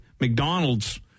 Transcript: McDonald's